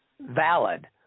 valid